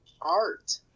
art